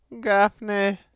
Gaffney